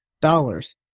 dollars